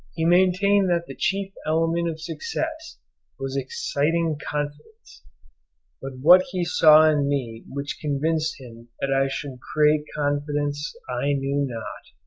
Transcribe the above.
he maintained that the chief element of success was exciting confidence but what he saw in me which convinced him that i should create confidence i know not.